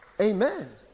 amen